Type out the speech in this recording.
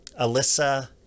Alyssa